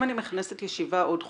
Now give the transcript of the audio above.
אם אני מכנסת ישיבה עוד חודשיים,